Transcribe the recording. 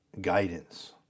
guidance